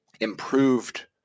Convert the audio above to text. improved